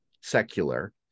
secular